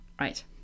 right